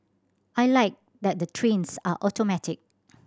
I like that the trains are automatic